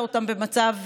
בעד טלי פלוסקוב,